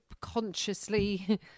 consciously